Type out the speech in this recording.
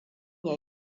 ya